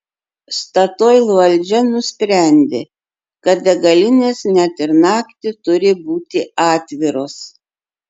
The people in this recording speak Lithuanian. statoil valdžia nusprendė kad degalinės net ir naktį turi būti atviros